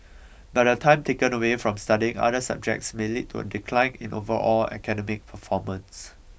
but the time taken away from studying other subjects may lead to a decline in overall academic performance